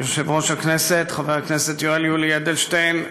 יושב-ראש הכנסת חבר הכנסת יואל יולי אדלשטיין,